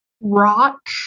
rock